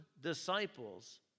disciples